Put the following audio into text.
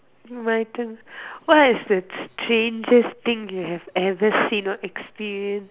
my turn what is the strangest thing you have ever seen or experience